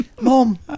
Mom